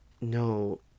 no